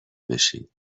بشی